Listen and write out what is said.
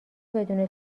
بدون